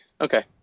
Okay